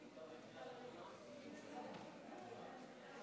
אדוני היושב-ראש,